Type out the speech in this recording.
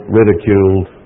ridiculed